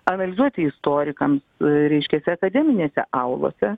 analizuoti istorikams reiškiasi akademinėse alvose